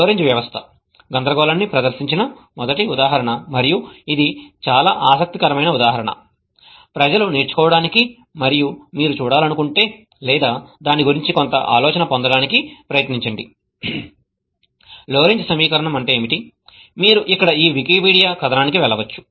Lorenz వ్యవస్థ గందరగోళాన్ని ప్రదర్శించిన మొదటి ఉదాహరణ మరియు ఇది చాలా ఆసక్తికరమైన ఉదాహరణ ప్రజలు నేర్చుకోవటానికి మరియు మీరు చూడాలనుకుంటే లేదా దాని గురించి కొంత ఆలోచన పొందడానికి ప్రయత్నించండి లోరెంజ్ సమీకరణం ఏమిటి మీరు ఇక్కడ ఈ వికీపీడియా కథనానికి వెళ్ళవచ్చు